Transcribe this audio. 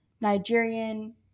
nigerian